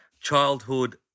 Childhood